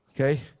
okay